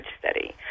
study